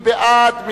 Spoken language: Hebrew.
מי בעד?